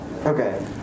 okay